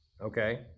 Okay